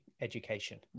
education